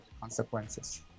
consequences